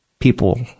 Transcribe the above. People